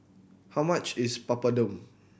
how much is Papadum